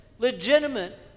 Legitimate